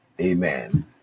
amen